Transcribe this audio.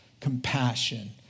compassion